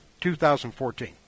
2014